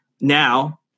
Now